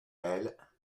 elles